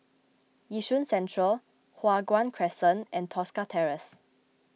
Yishun Central Hua Guan Crescent and Tosca Terrace